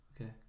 okay